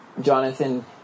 Jonathan